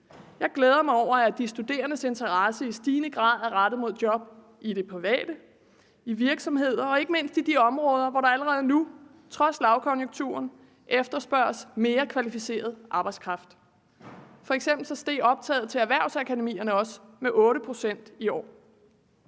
Jeg glæder mig over, at de studerendes interesse i stigende grad er rettet mod job i det private, i virksomheder og ikke mindst på de områder, hvor der allerede nu trods lavkonjunkturen efterspørges mere kvalificeret arbejdskraft. F.eks. steg optaget til erhvervsakademierne også med 8 pct. i år.